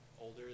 older